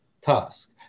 task